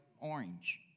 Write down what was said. orange